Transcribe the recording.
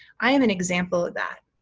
i am an example of that.